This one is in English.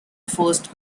first